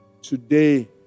Today